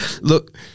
Look